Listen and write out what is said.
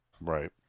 Right